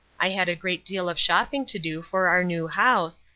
i had a great deal of shopping to do for our new house,